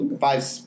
five